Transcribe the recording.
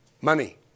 Money